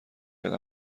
کرد